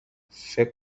فکر